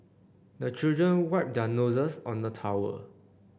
the children wipe their noses on the towel